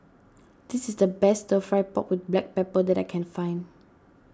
this is the best Stir Fry Pork with Black Pepper that I can find